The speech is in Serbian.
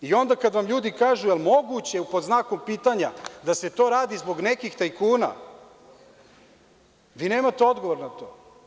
I, onda, kada vam ljudi kažu – je li moguće, pod znakom pitanja, da se to radi zbog nekih tajkuna, vi nemate odgovor na to.